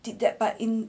did that but in